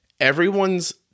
Everyone's